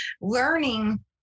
learning